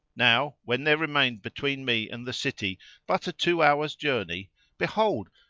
now when there remained between me and the city but a two hours' journey behold,